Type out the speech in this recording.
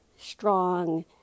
strong